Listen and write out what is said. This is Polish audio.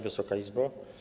Wysoka Izbo!